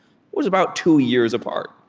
was about two years apart.